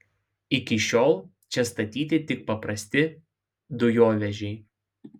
iki šiol čia statyti tik paprasti dujovežiai